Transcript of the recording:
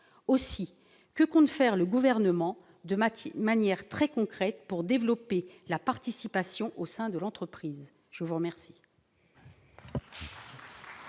Aussi, que compte faire le Gouvernement, de manière très concrète, pour développer la participation au sein de l'entreprise ? La parole